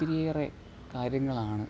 ഒത്തിരിയേറെ കാര്യങ്ങളാണ്